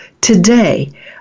today